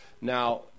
Now